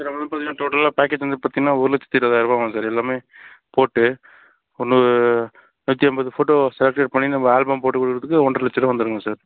இதில் வந்து பார்த்தீங்கன்னா டோட்டலாக பேக்கேஜ் வந்து பார்த்திங்கனா ஒரு லட்சத்தி இருபதாயிரூவா வரும் சார் எல்லாம் போட்டு ஒரு நூற்றி ஐம்பது ஃபோட்டோ செலெக்ஷன் பண்ணி நம்ம ஆல்பம் போட்டு கொடுக்கறதுக்கு ஒன்றை லட்சரூவா வந்துடுங்க சார்